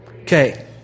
Okay